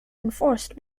enforced